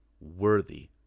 worthy